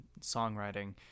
songwriting